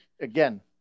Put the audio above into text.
Again